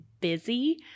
busy